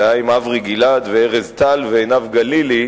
זה היה עם אברי גלעד וארז טל ועינב גלילי,